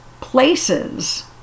places